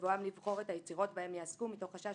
בבואם לבחור את היצירות בהם יעסקו מתוך חשש